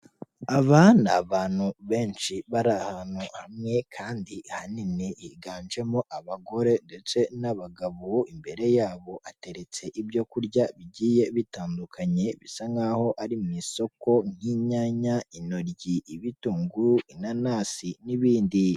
Aba ni abantu benshi bari ahantu hamwe kandi hanini, higanjemo abagore ndetse n'abagabo, imbere yabo hateretse ibyo kurya bigiye bitandukanye bisa nk'aho ari mu isoko nk'inyanya, intoryi, ibitunguru, inanasi n'ibindi.